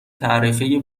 تعرفه